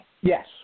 Yes